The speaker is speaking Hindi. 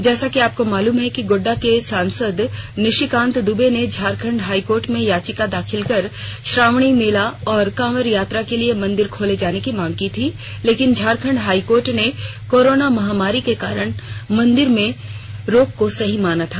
जैसा कि आपको मालुम है कि गोड्डा के सांसद निशिकांत दुबे ने झारखंड हाई कोर्ट में याचिका दाखिल कर श्रावणी मेला और कांवर यात्रा के लिए मंदिर खोले जाने की मांग की थी लेकिन झारखंड हाई कोर्ट ने कोरोना महामारी के कारण मंदिर में रोक को सही माना था